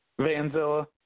Vanzilla